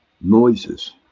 noises